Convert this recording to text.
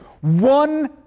One